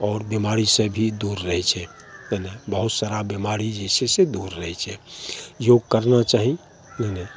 बहुत बीमारीसँ भी दूर रहय छै पहिने बहुत सारा बीमारी जे छै से दूर रहय छै योग करना चाही नइ नइ